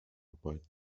arbeit